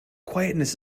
quietness